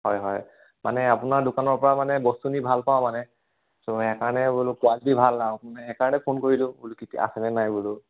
হয় হয় মানে আপোনাৰ দোকানৰপৰা মানে বস্তু নি ভাল পাওঁ মানে চ' সেইকাৰণে বোলো কোৱালিটি ভাল আৰু মানে সেইকাৰণে ফোন কৰিলোঁ বোলো কেতিয়া আছেনে নাই বোলো